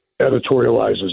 editorializes